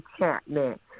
enchantment